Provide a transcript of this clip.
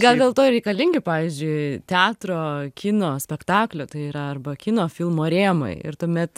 gal dėl to ir reikalingi pavyzdžiui teatro kino spektaklio tai yra arba kino filmo rėmai ir tuomet